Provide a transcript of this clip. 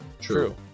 True